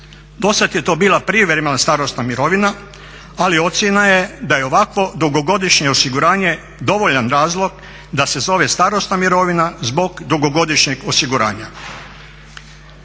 Dosad je to bila prijevremena starosna mirovina, ali ocjena je da je ovakvo dugogodišnje osiguranje dovoljan razlog da se zove starosna mirovina zbog dugogodišnjeg osiguranja.